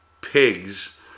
pigs